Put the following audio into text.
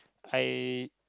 I